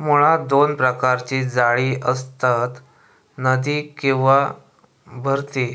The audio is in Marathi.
मुळात दोन प्रकारची जाळी असतत, नदी किंवा भरती